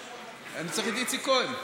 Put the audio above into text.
אני צריך את איציק כהן.